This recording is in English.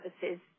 services